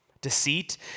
Deceit